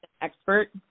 expert